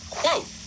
Quote